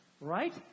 right